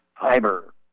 fiber